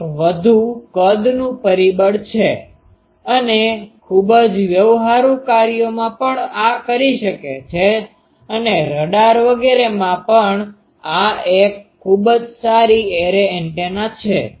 આ એક વધુ કદનું પરિબળ છે અને ખૂબ જ વ્યવહારુ કાર્યોમાં પણ આ કરી શકે છે અને રડાર વગેરેમાં આ એક ખૂબ જ સારી એરે એન્ટેના છે